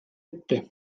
ette